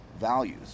values